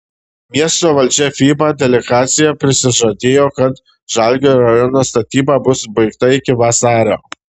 miesto valdžia fiba delegacijai prisižadėjo kad žalgirio arenos statyba bus baigta iki vasario